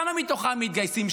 כמה מתוכם מתגייסים?